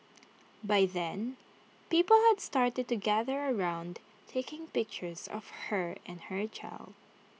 by then people had started to gather around taking pictures of her and her child